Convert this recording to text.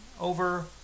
over